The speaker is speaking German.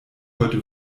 heute